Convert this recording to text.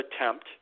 attempt